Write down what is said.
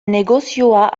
negozioa